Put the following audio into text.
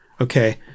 okay